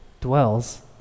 dwells